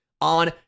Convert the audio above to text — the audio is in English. on